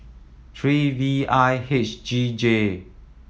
three V I H G J